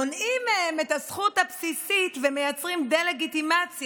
מונעים מהם את הזכות הבסיסית ומייצרים דה-לגיטימציה